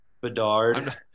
Bedard